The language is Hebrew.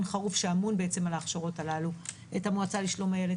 חרוב שאמון על ההכשרות האלה את המועצה לשלום הילד,